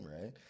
right